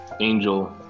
Angel